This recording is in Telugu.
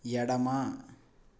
ఎడమ